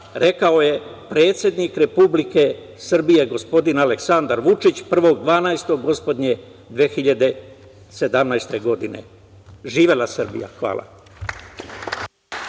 rekao je predsednik Republike Srbije, gospodin Aleksandar Vučić, 1.12. gospodnje 2017. godine. Živela Srbija. Hvala.